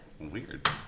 Weird